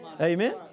Amen